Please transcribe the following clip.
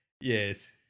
Yes